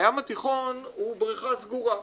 הים התיכון הוא בריכה סגורה.